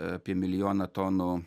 apie milijoną tonų